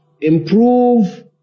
improve